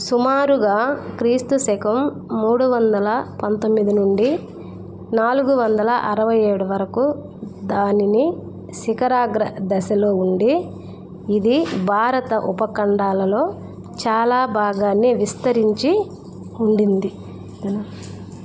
సుమారుగా క్రీస్తు శకం మూడు వందల పంతొమ్మిది నుండి నాలుగు వందల అరవై ఏడు వరకు దానిని శిఖరాగ్ర దశలో ఉండి ఇది భారత ఉపఖండాలలో చాలా భాగాన్ని విస్తరించి ఉండింది